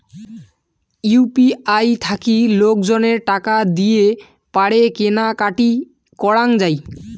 UPI থাকি লোকজনে টাকা দিয়ে পারে কেনা কাটি করাঙ যাই